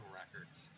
records